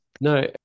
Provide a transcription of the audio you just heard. No